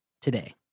today